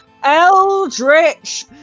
Eldritch